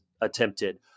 attempted